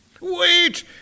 Wait